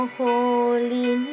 holy